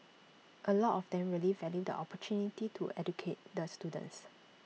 A lot of them really value the opportunity to educate the students